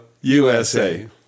USA